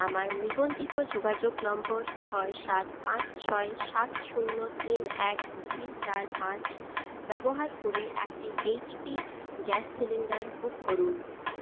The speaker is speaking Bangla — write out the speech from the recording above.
আমার নিবন্ধিত যোগাযোগ নম্বর ছয় সাত পাঁচ ছয় সাত শূন্য তিন এক দুই চার পাঁচ ব্যবহার করে একটি H P gas cylinder book করুন